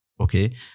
Okay